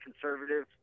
conservative